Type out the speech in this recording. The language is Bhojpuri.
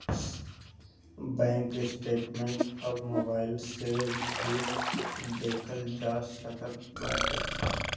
बैंक स्टेटमेंट अब मोबाइल से भी देखल जा सकत बाटे